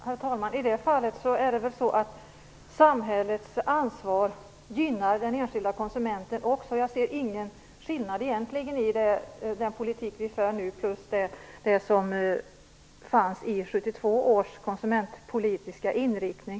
Herr talman! I det fallet är det väl så att samhällets ansvar gynnar också den enskilda konsumenten. Jag ser egentligen ingen skillnad i den politik som vi för nu i förhållande till den konsumentpolitiska inriktningen i 1972 års politik.